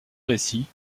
récit